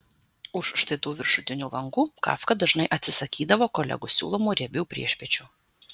už štai tų viršutinių langų kafka dažnai atsisakydavo kolegų siūlomų riebių priešpiečių